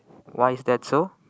why is that so